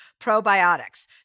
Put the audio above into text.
probiotics